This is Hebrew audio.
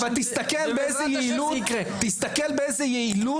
אבל באיזו יעילות.